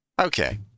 Okay